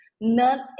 none